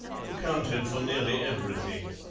who counted for nearly everything.